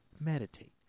Meditate